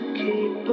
keep